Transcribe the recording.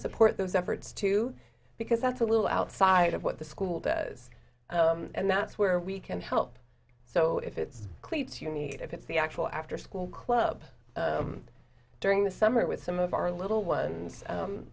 support those efforts too because that's a little outside of what the school does and that's where we can help so if it's cleats you need if it's the actual after school club during the summer with some of our little ones sum